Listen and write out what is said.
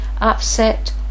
upset